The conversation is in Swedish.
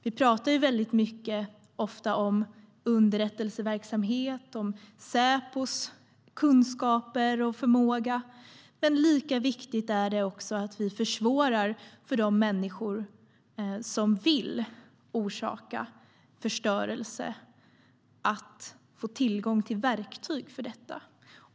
Vi talar ofta om underrättelseverksamhet och Säpos kunskaper och förmåga, men lika viktigt är det att vi försvårar för de människor som vill orsaka förstörelse att få tillgång till verktyg för detta.